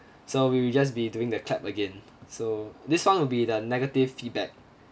so we will just be doing the clap again so this [one] will be the negative feedback